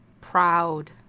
proud